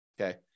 Okay